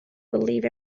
believe